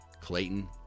Clayton